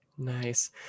Nice